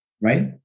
right